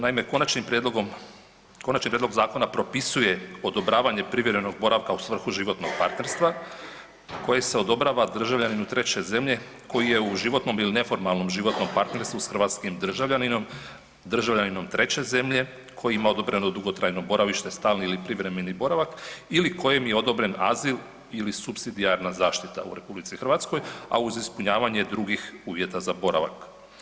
Naime, konačnim prijedlogom, konačni prijedlog zakona propisuje odobravanje privremenog boravka u svrhu životnog partnerstva koje se odobrava državljaninu treće zemlje koji je u životnom ili neformalnom životnom partnerstvu s hrvatskim državljaninom, državljaninom treće zemlje koji ima odobreno dugotrajno boravište, stalni ili privremeni boravak ili kojem je odobren azil ili supsidijarna zaštita u RH, a uz ispunjavanje drugih uvjeta za boravak.